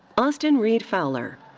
austin reed fowler.